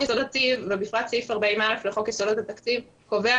--- ובפרט סעיף 40א לחוק יסודות התקציב קובע